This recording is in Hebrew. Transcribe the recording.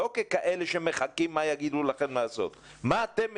לא ככאלה שמחכים לראות מה יגידו לכם לעשות אלא מה אתם מציעים,